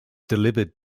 delivered